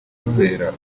kubabera